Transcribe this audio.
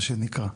מה שנקרא.